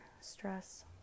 stress